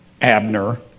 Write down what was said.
Abner